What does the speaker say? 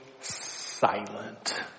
silent